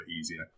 easier